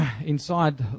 inside